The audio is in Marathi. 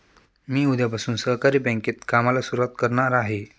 मी उद्यापासून सहकारी बँकेत कामाला सुरुवात करणार आहे